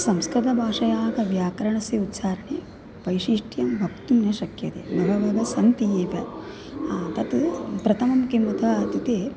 संस्कृतभाषायाः व्याकरणस्य उच्चारणे वैशिष्ट्यं वक्तुं न शक्यते बहवः सन्ति एव तत् प्रथमं किमुत इत्युक्ते